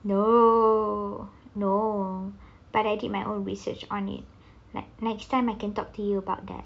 no no but I did my own research on it like next time I can talk to you about that